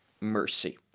mercy